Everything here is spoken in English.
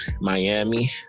Miami